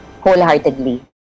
wholeheartedly